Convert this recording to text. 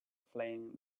flame